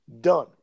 done